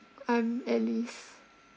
I'm alice